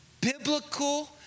biblical